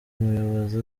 muyobozi